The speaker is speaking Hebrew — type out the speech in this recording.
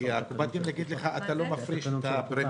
כי קופת הגמל תגיד לך: אתה לא מפריש את הפרמיה,